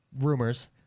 Rumors